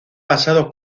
pasado